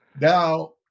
now